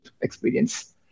experience